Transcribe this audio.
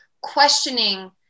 questioning